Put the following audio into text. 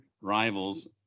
rivals